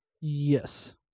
Yes